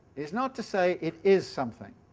it's not to say it is something.